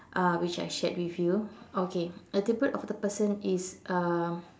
uh which I shared with you okay a tribute of the person is um